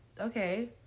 okay